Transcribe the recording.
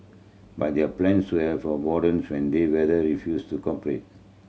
but their plans to have when the weather refused to cooperate